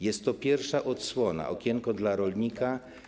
Jest to pierwsza odsłona okienka dla rolnika.